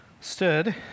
stood